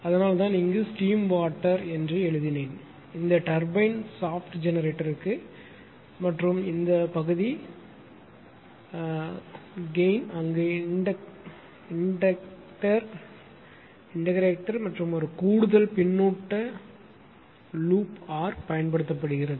அதனால்தான் இங்கு steam water என்று எழுதினேன் இந்த டர்பைன் ஷாப்ட் ஜெனரேட்டருக்கு மற்றும் இந்த பகுதி கைன் அங்கு இன்டெக்ரேட்டர் மற்றும் ஒரு கூடுதல் பின்னூட்ட லூப் ஆர் பயன்படுத்தப்படுகிறது